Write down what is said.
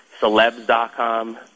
celebs.com